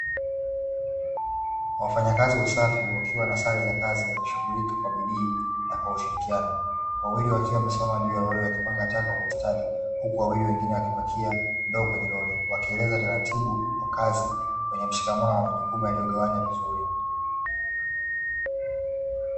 Wafanyakazi wa usafi wakiwa na sare za kazi wakishughulika kwa bidii na kwa ushirikiano. Wawili wakiwa wamesimama juu ya lori wakipanga taka kwa ustadi, huku wawili wengine wakipakia ndoo kwenye lori wakieleza tararibu wa kazi, wenye mshikamano na majukumu yaliyogawanywa vizuri.